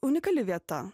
unikali vieta